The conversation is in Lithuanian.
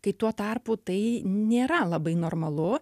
kai tuo tarpu tai nėra labai normalu